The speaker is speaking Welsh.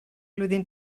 flwyddyn